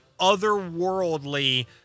otherworldly